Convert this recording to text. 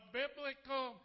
biblical